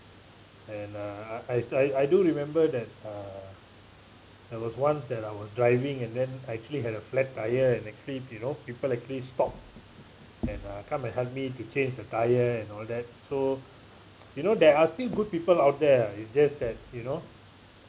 and uh I I I do remember that uh there was once that I was driving and then I actually had a flat tyre and actually you know people actually stop and uh come and help me to change the tyre and all that so you know there are still good people out there ah it's just that you know